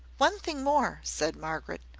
one thing more, said margaret.